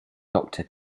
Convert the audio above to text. doctor